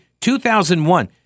2001